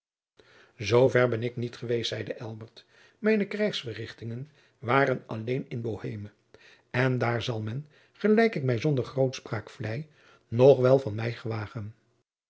zoover ben ik niet geweest zeide elbert mijne krijgsverrichtingen waren alleen in boheme en daar zal men gelijk ik mij zonder grootspraak vlei nog wel van mij gewagen